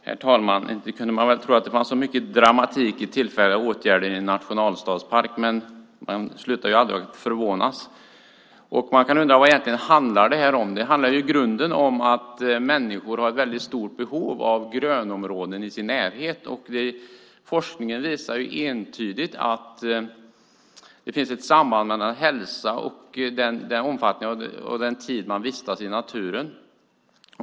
Herr talman! Inte kunde man väl tro att det fanns så mycket dramatik i tillfälliga åtgärder i en nationalstadspark. Man slutar aldrig att förvånas. Man kan undra vad detta egentligen handlar om. I grunden handlar det om att människor har ett stort behov av grönområden i sin närhet. Forskningen visar entydigt att det finns ett samband mellan hälsa och omfattningen av den tid man vistas i naturen.